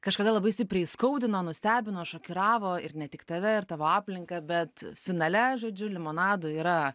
kažkada labai stipriai įskaudino nustebino šokiravo ir ne tik tave ir tavo aplinką bet finale žodžiu limonado yra